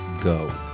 Go